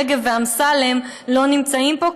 רגב ואמסלם לא נמצאים פה,